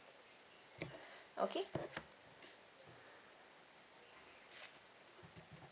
okay